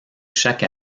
chaque